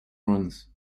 runs